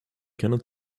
cannot